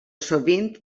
sovint